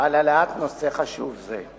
על העלאת נושא חשוב זה.